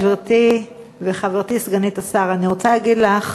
גברתי וחברתי סגנית השר, אני רוצה להגיד לך